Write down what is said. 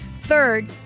Third